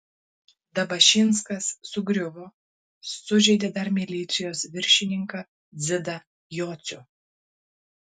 dabašinskas sugriuvo sužeidė dar milicijos viršininką dzidą jocių